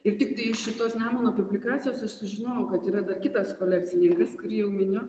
ir tiktai iš šitos nemuno publikacijos aš sužinojau kad yra dar kitas kolekcininkas kurį jau miniu